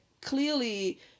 clearly